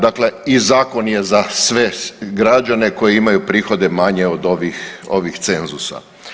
Dakle i zakon je za sve građane koji imaju prihode manje od ovih cenzusa.